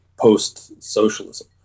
post-socialism